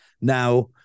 Now